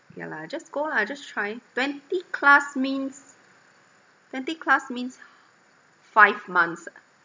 ya lah just go lah just try twenty class means twenty class means five months ah